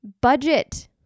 Budget